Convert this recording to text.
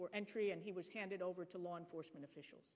for entry and he was handed over to law enforcement officials